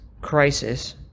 crisis